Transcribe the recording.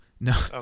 No